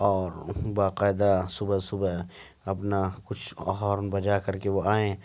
اور باقاعدہ صبح صبح اپنا کچھ ہورن بجا کرکے وہ آئیں